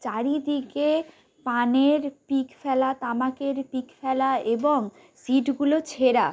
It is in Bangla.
চারিদিকে পানের পিক ফেলা তামাকের পিক ফেলা এবং সিটগুলো ছেঁড়া